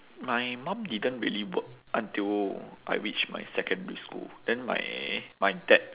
my mum didn't really work until I reached my secondary school then my my dad